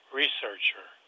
researcher